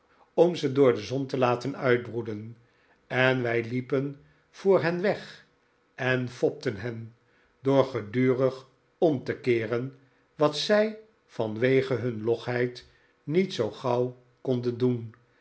om ze door de zon te laten uitbroeden en wij liepen voor hen weg en fopten hen door gedurig om te keeren wat zij vanwege hun logheid niet zoo gauw konden doen